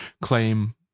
claim